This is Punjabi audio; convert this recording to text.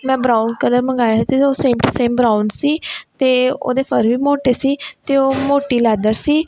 ਮੈਂ ਬ੍ਰਾਉਨ ਕਲਰ ਮੰਗਵਾਇਆ ਸੀ ਅਤੇ ਉਹ ਸੇਮ ਟੂ ਸੇਮ ਬ੍ਰਾਉਨ ਸੀ ਅਤੇ ਉਹਦੇ ਫਰ ਵੀ ਮੋਟੇ ਸੀ ਅਤੇ ਉਹ ਮੋਟੀ ਲੈਦਰ ਸੀ